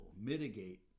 Mitigate